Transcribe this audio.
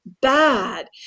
Bad